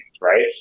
right